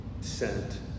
sent